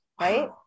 right